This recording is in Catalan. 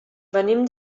venim